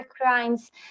crimes